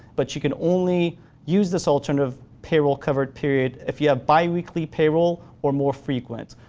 but you can only use this alternative payroll covered period if you have biweekly payroll or more frequent.